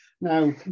now